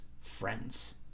friends